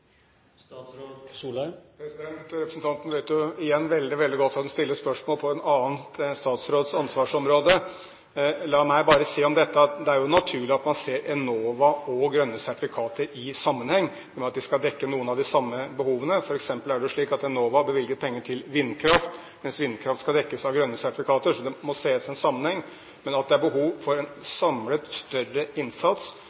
Representanten vet veldig godt at hun stiller spørsmål som gjelder en annen statsråds ansvarsområde. La meg bare si om dette: Det er naturlig at man ser Enova og grønne sertifikater i sammenheng, i og med at de skal dekke noen av de samme behovene. For eksempel er det slik at Enova bevilger penger til vindkraft, mens vindkraft skal dekkes av grønne sertifikater, så det må ses i en sammenheng, men det er behov for en